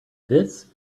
this